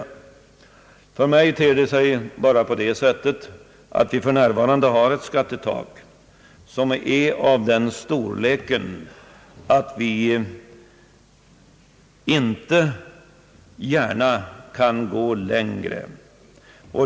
För mig ter det sig på det sättet, att vi för närvarande har ett skattetak som är av den storleken att vi inte gärna kan gå högre.